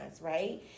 right